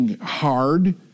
hard